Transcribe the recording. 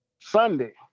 Sunday